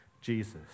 Jesus